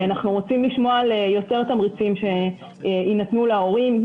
אנחנו רוצים לשמוע על יותר תמריצים שיינתנו להורים,